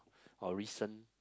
or recent